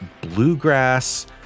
bluegrass